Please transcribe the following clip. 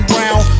Brown